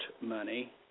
money